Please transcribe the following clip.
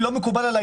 לא מקובל עלי